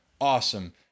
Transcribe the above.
Awesome